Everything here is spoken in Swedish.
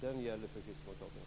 Den gäller för Kristdemokraterna.